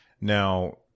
Now